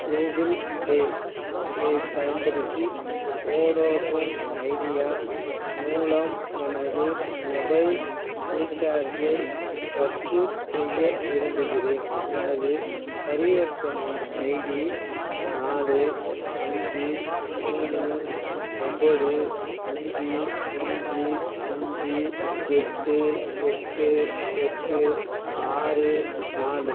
Google Pay ஐ பயன்படுத்தி Vodafone Idea மூலம் எனது மொபைல் ரீசார்ஜை ரத்துசெய்ய விரும்புகிறேன் எனது பரிவர்த்தனை ஐடி நாலு அஞ்சு மூணு ஒன்போது அஞ்சு அஞ்சு அஞ்சு எட்டு எட்டு எட்டு ஆறு நாலு